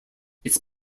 its